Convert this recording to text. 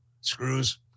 screws